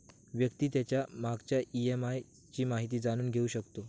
व्यक्ती त्याच्या मागच्या ई.एम.आय ची माहिती जाणून घेऊ शकतो